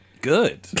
good